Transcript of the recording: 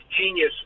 genius